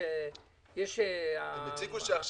אנחנו